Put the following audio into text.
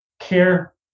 care